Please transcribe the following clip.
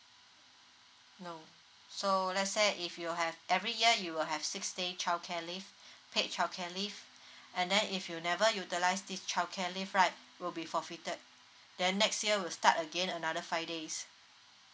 no so let's say if you have every year you will have six day childcare leave paid childcare leave and then if you never utilise this childcare leave right will be forfeited then next year will start again another five days